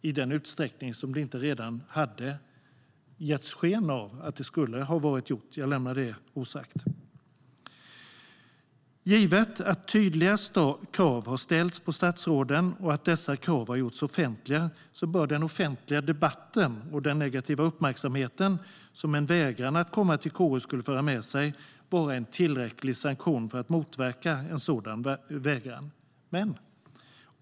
I vilken utsträckning det inte redan hade getts sken av att det skulle ha varit gjort lämnar jag osagt. Givet att tydliga krav har ställts på statsråden och att dessa krav har gjorts offentliga bör den offentliga debatten och den negativa uppmärksamhet som en vägran att komma till KU skulle föra med sig vara en tillräcklig sanktion för att motverka en sådan vägran.